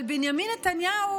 אבל בנימין נתניהו